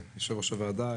יושב-ראש הוועדה,